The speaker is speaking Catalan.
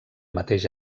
mateix